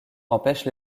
empêche